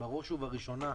בראש ובראשונה,